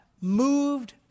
moved